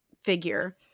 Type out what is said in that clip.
figure